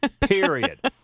period